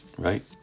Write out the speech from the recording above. Right